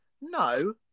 No